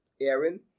Aaron